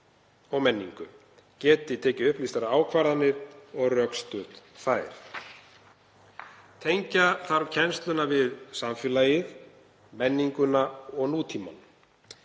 og menningu. Geti tekið upplýstar ákvarðanir og rökstutt þær. Tengja þarf kennsluna við samfélagið, menninguna og nútímann.